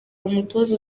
umutoza